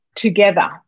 Together